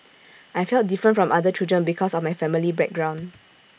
I felt different from other children because of my family background